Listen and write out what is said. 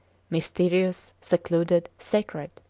mysterious, secluded, sacred.